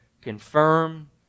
confirm